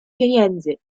pieniędzy